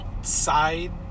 Side